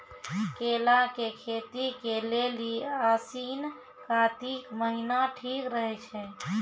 केला के खेती के लेली आसिन कातिक महीना ठीक रहै छै